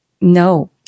no